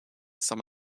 some